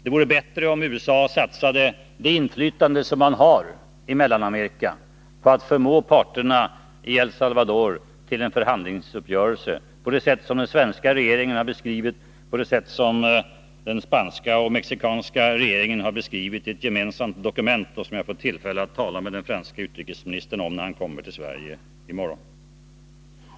Det vore bättre om USA satsade det inflytande som man har i Mellanamerika på att förmå parterna i El Salvador till en förhandlingsuppgörelse på det sätt som den svenska regeringen, liksom den franska och den mexikanska regeringen, har beskrivit i ett gemensamt dokument, som jag får tillfälle att tala med den franske utrikesministern om, när han kommer till Sverige i morgon.